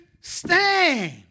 stand